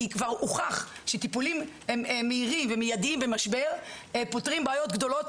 כי כבר הוכח שטיפולים מהירים ומיידיים במשבר פותרים בעיות גדולות,